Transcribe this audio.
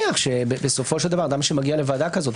מניח שבסופו של דבר אדם שמגיע לוועדה כזאת,